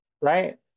right